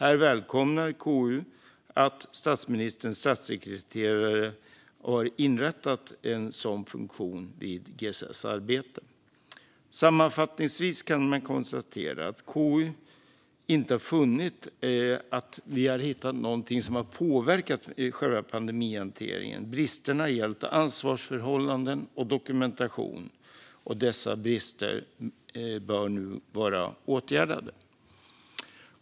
KU välkomnar att statsministerns statssekreterare har inrättat en sådan funktion i GSS arbete. Sammanfattningsvis kan man konstatera att KU inte funnit något som påverkat själva pandemihanteringen negativt. Bristerna har gällt ansvarsförhållanden och dokumentation, och dessa brister bör nu vara åtgärdade.